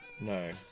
No